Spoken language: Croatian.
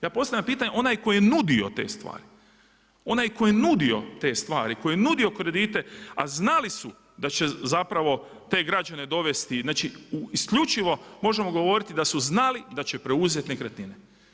Ja postavljam pitanje onaj koji je nudio te stvari, onaj koji je nudio te stvari, koji je nudio kredite a znali su da će zapravo te građane dovesti, znači u isključivo, možemo govoriti, da su znali da će preuzeti nekretnine.